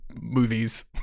movies